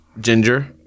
ginger